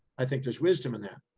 i think there's wisdom in that,